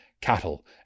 cattle